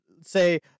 say